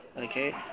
okay